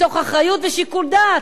מתוך אחריות ושקול דעת,